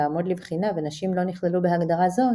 לעמוד לבחינה ונשים לא נכללו בהגדרה זו,